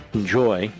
enjoy